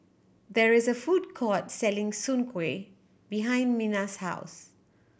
there is a food court selling Soon Kuih behind Minna's house